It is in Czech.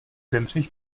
zemřeš